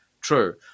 true